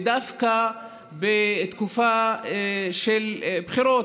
ודווקא בתקופה של בחירות,